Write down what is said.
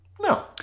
No